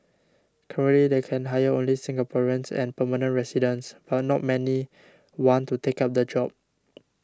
currently they can hire only Singaporeans and permanent residents but not many want to take up the job